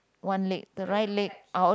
one leg the right leg out